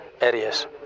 areas